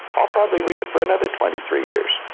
i'll probably read it for another twenty three years.